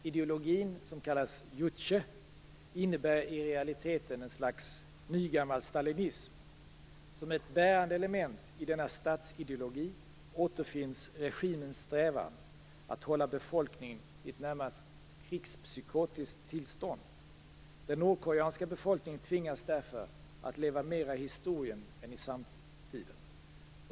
Ideologin, som kallas juche, är i realiteten ett slags nygammal stalinism. Som ett bärande element i denna statsideologi återfinns regimens strävan att hålla befolkningen i ett närmast krigspsykotiskt tillstånd. Den nordkoreanska befolkningen tvingas därför att leva mera i historien än i samtiden.